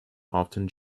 often